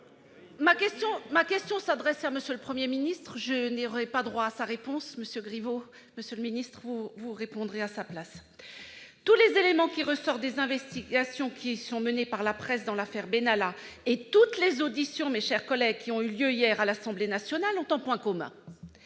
Ma question s'adresse à M. le Premier ministre, mais je n'aurai pas droit à sa réponse. Monsieur le secrétaire d'État Benjamin Griveaux, vous répondrez à sa place. Tous les éléments qui ressortent des investigations menées par la presse dans l'affaire Benalla et toutes les auditions, mes chers collègues, qui ont eu lieu hier à l'Assemblée nationale ont un point commun